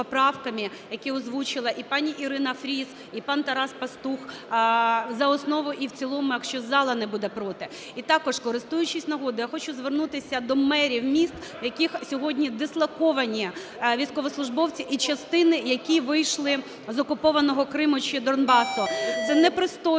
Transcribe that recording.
я хочу звернутися до мерів міст, в яких сьогодні дислоковані військовослужбовці і частини, які вийшли з окупованого Криму чи Донбасу. Це непристойно,